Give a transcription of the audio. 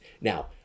Now